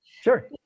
Sure